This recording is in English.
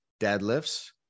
deadlifts